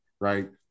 right